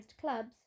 clubs